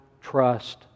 trust